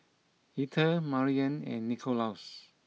Etha Mariann and Nicholaus